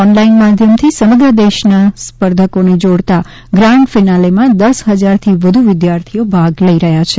online માધ્યમથી સમગ્ર દેશના સ્પર્ધકોને જોડતા ગ્રાન્ડ ફિનાલેમાં દસ હજારથી વધુ વિદ્યાર્થીઓ ભાગ લઈ રહ્યા છે